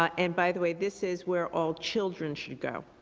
ah and by the way, this is where all children should go.